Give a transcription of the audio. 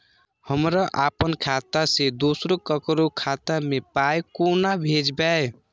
हमरा आपन खाता से दोसर ककरो खाता मे पाय कोना भेजबै?